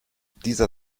dieser